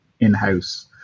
in-house